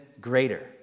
greater